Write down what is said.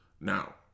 Now